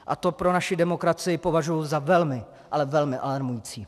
A to pro naši demokracii považuji za velmi, ale velmi alarmující.